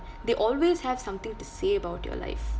they always have something to say about your life